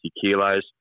kilos